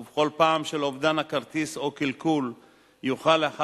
ובכל מקרה של אובדן הכרטיס או קלקול יוכל אחד